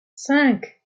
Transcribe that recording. cinq